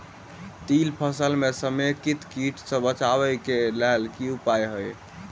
तिल फसल म समेकित कीट सँ बचाबै केँ की उपाय हय?